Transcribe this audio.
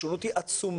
השונות היא עצומה